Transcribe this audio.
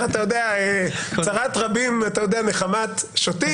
בחלומות ורודים